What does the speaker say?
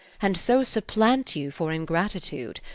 and so supplant you for ingratitude,